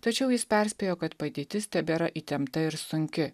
tačiau jis perspėjo kad padėtis tebėra įtempta ir sunki